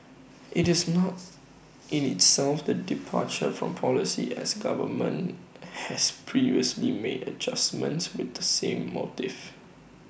IT is not in itself the departure from policy as government has previously made adjustments with the same motive